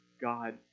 God